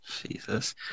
Jesus